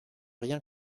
rien